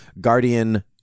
Guardian